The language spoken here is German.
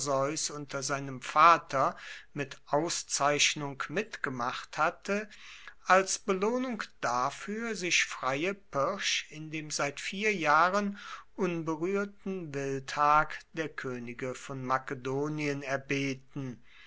unter seinem vater mit auszeichnung mitgemacht hatte als belohnung dafür sich freie pirsch in dem seit vier jahren unberührten wildhag der könige von makedonien erbeten